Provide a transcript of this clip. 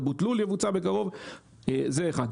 זה אחד.